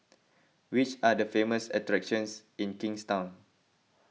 which are the famous attractions in Kingstown